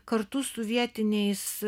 kartu su vietiniais